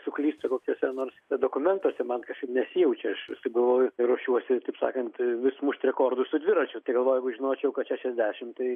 suklysta kokiuose nors dokumentuose man kažkaip nesijaučia aš vis taip galvoju ir rūšiuosi taip sakant vis mušti rekordus su dviračiu tai galvoju jeigu žinočiau kad šešiasdešimt